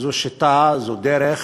זאת שיטה, זאת דרך